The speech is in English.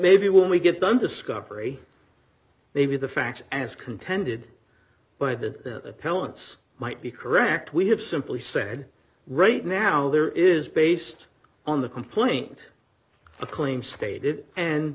maybe when we get done discovery maybe the facts as contended by the parents might be correct we have simply said right now there is based on the complaint a claim stated and